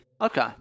Okay